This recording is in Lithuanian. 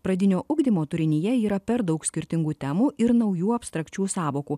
pradinio ugdymo turinyje yra per daug skirtingų temų ir naujų abstrakčių sąvokų